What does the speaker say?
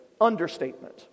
understatement